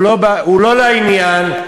הוא לא לעניין,